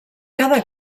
cada